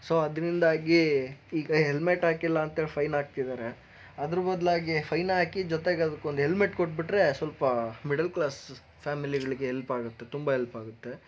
so ಅದರಿಂದಾಗಿ ಈಗ helmet ಹಾಕಿಲ್ಲ ಅಂಥೇಳಿ ಫೈನ್ ಹಾಕಿದ್ದಾರೆ ಅದರ ಬದಲಾಗಿ ಫೈನ್ ಹಾಕಿ ಜೊತೆಗೆ ಅದಕ್ಕೊಂದು ಹೆಲ್ಮೆಟ್ ಕೊಟ್ಬಿಟ್ರೆ ಸ್ವಲ್ಪ ಮಿಡಲ್ ಕ್ಲಾಸ್ ಫ್ಯಾಮಿಲಿಗಳಿಗೆ ಹೆಲ್ಪಾಗುತ್ತೆ ತುಂಬ ಹೆಲ್ಪಾಗುತ್ತೆ